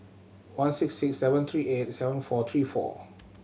one six six seven three eight seven four three four